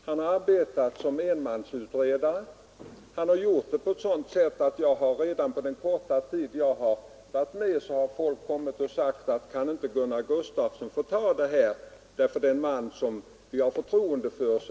Han har arbetat som enmansutredare och gjort det på ett sådant sätt att redan under den korta tid jag fungerat som försvarsminister har folk sagt till mig: Kan inte Gunnar Gustafsson ta hand om markförvärvsfrågorna, det är en man vi har förtroende för.